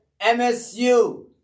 MSU